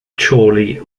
chorley